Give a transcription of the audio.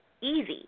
easy